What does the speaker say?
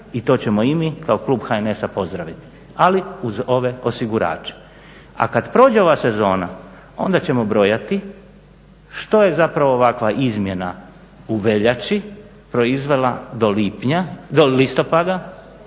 i to ćemo i mi kao klub HNS-a pozdraviti ali uz ove osigurače. A kada prođe ova sezona onda ćemo brojati što je ovakva izmjena u veljači proizvela do listopada